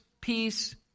peace